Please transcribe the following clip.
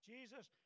Jesus